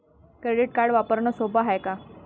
Debit card वापरणं सोप हाय का?